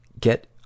get